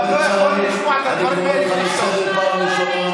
אבל אני לא יכול לשמוע את הדברים הלאה ולשתוק.